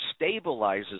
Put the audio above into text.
stabilizes